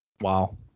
Wow